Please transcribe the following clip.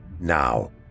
Now